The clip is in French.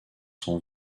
sont